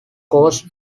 cause